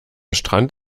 strand